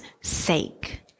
sake